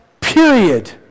period